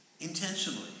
Intentionally